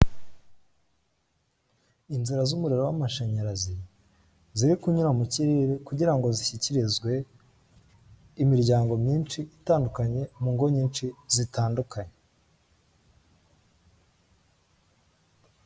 Inzira z'umuriro w'amashanyarazi ziri kunyura mu kirere kugira ngo zishyikirizwe, imiryango myinshi itandukanye mu ngo nyinshi zitandukanye.